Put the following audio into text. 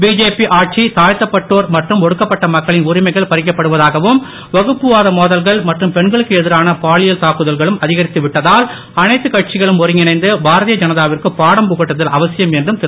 BJP ஆட்சியில் தாழ்த்தப்பட்டோர் மற்றும் ஒடுக்கப்பட்ட மக்களின் உரிமைகள் பறிக்கப்படுவதாகவும் வகுப்புவாத மோதல்கள் மற்றும் பெண்களுக்கு எதிரான பாலியல் தாக்குதல்களும் அதிகரித்து விட்டதால் அனைத்து கட்சிகளும் ஒருங்கிணைந்து பாரதிய ஜனதா விற்கு பாடம் புகட்டுதல் அவசியம் என்றும் திரு